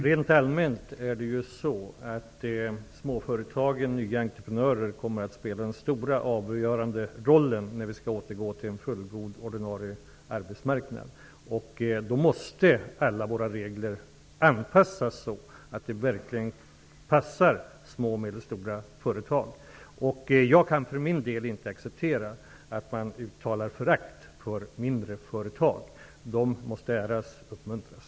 Herr talman! Rent allmänt är det så, att småföretag och nya entreprenörer kommer att spela den stora, avgörande rollen när vi skall återgå till en fullgod ordinarie arbetsmarknad. Då måste alla våra regler anpassas så, att de verkligen passar små och medelstora företag. Jag kan för min del inte acceptera att man uttalar förakt för mindre företag. Dessa måste äras och uppmuntras.